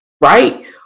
right